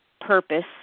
purpose